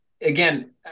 Again